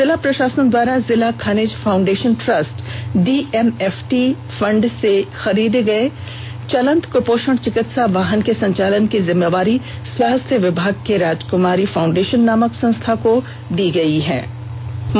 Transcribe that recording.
जिला प्रशासन द्वारा जिला खनिज फाउंडेशन ट्रस्ट डीएमएफटी फंड से क्रय किये गए चलंत कुपोषण चिकित्सा वाहन के संचालन की जिम्मेवारी स्वास्थ्य विभाग ने राजक्मारी फाउंडेशन नामक संस्था को जिम्मेदारी सौंपी है